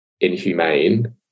inhumane